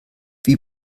wie